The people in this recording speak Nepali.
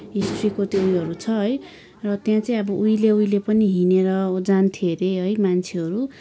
हिस्ट्रीको त्यो उयोहरू छ है तर त्यहाँ चाहिँ उहिले उहिले पनि हिँडे्र अब जान्थ्यो अरे है मान्छेहरू